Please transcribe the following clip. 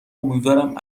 امیدوارم